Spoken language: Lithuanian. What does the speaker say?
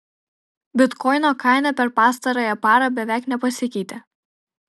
bitkoino kaina per pastarąją parą beveik nepasikeitė